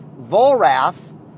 Volrath